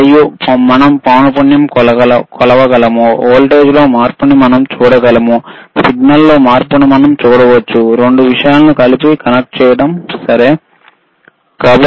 మరియు మనం పౌనపున్యం కొలవగలము వోల్టేజ్లో మార్పును మనం చూడవచ్చు ఈ రెండింటిని కలిపి కనెక్ట్ చేయడం వలన సిగ్నల్లో మార్పును మనం చూడవచ్చు సరే